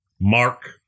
Mark